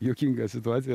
juokinga situacija